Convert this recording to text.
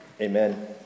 Amen